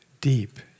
deep